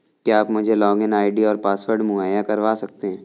क्या आप मुझे लॉगिन आई.डी और पासवर्ड मुहैय्या करवा सकते हैं?